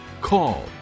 call